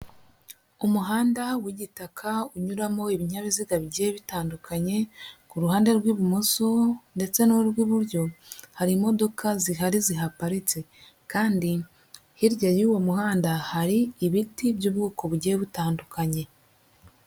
Umuhanda w'igitaka unyuramo ibinyabiziga bigiye bitandukanye, ku ruhande rw'ibumoso ndetse n'urw'iburyo hari imodoka zihari zihaparitse, kandi hirya y'uwo muhanda hari ibiti by'ubwoko bugiye butandukanye.